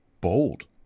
bold